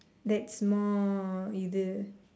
that's more இது:ithu